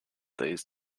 these